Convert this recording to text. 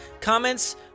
comments